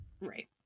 Right